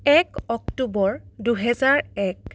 এক অক্টোবৰ দুহেজাৰ এক